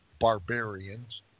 barbarians